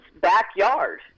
backyard